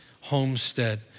homestead